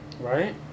Right